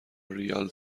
ریال